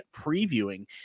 previewing